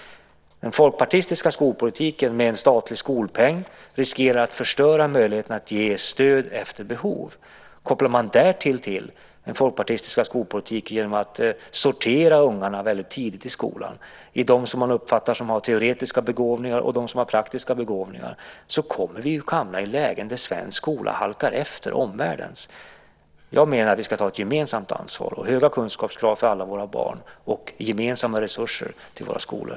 Den folkpartistiska skolpolitiken med en statlig skolpeng riskerar att förstöra möjligheterna att ge stöd efter behov. Kopplar man därtill den folkpartistiska skolpolitiken genom att sortera ungarna väldigt tidigt i skolan i dem som man uppfattar ha teoretiska begåvningar och dem som man uppfattar ha praktiska begåvningar, så kommer vi att hamna i ett läge där svensk skola halkar efter omvärldens. Jag menar att vi ska ta ett gemensamt ansvar och ha höga kunskapskrav för alla våra barn och gemensamma resurser till våra skolor.